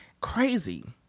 crazy